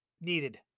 needed